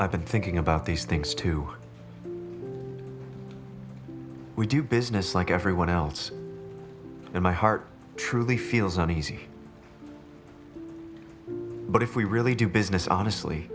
i've been thinking about these things too we do business like everyone else and my heart truly feels uneasy but if we really do business honestly